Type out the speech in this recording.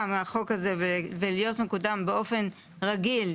מהחוק הזה ולהיות מקודם באופן רגיל,